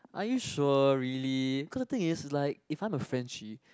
are you sure really cause the thing is like if I'm a Frenchie